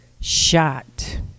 shot